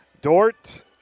Dort